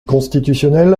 constitutionnel